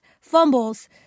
fumbles